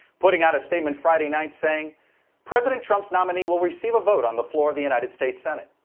putting out a statement friday night saying president trumps nominee will receive a vote on the floor of the united states senate.